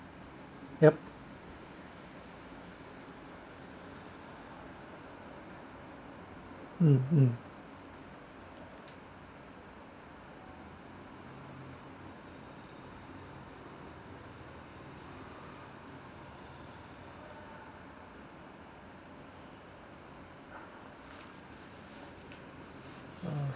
yup uh uh ah